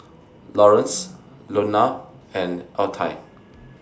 Lawerence Lonna and Altie